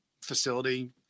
facility